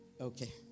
Okay